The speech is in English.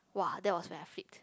!wah! that was when I flipped